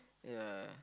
ya